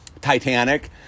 Titanic